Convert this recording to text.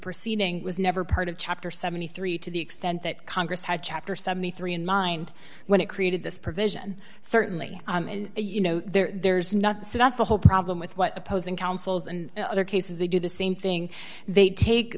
proceeding was never part of chapter seventy three to the extent that congress had chapter seventy three in mind when it created this provision certainly you know there's nothing that's the whole problem with what opposing counsels and other cases they do the same thing they take